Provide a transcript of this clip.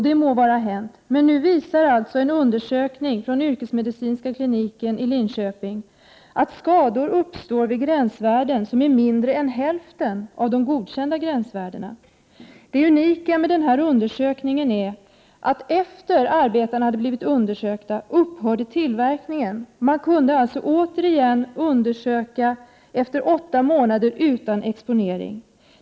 Det må vara, men nu visar alltså en undersökning från yrkesmedicinska kliniken i Linköping att skador uppstår vid nivåer som är mindre än hälften av det godkända gränsvärdet. Det unika med den undersökningen är att efter det att arbetarna hade blivit undersökta upphörde tillverkningen. Man kunde alltså återigen undersöka dem efter åtta månader utan exponering.